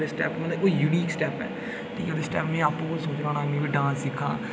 ओह्दे स्टैप्प मतलब ओह् यूनीक स्टैप्प न ठीक ऐ उं'दे स्टैप्प मैं आपूं बी सोचना होन्नां मैं बी डांस सिक्खां